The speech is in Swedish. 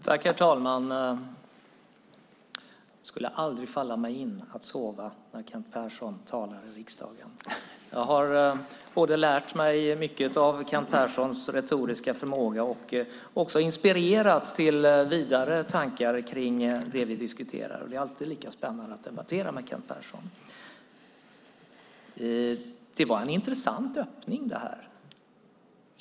Herr talman! Det skulle aldrig falla mig in att sova när Kent Persson talar i riksdagen. Jag har både lärt mig mycket av Kent Perssons retoriska förmåga och också inspirerats till vidare tankar om det vi diskuterar. Det är alltid lika spännande att debattera med Kent Persson. Detta var en intressant öppning från Kent Persson.